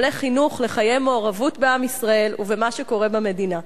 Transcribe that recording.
מלא חינוך לחיי מעורבות בעם ישראל ובמה שקורה במדינה.